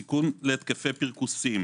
סיכון להתקפי פרכוסים,